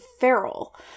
feral